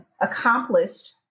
accomplished